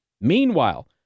Meanwhile